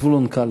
זבולון קלפה.